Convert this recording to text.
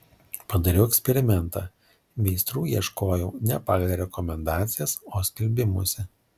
padariau eksperimentą meistrų ieškojau ne pagal rekomendacijas o skelbimuose